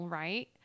right